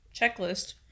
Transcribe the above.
checklist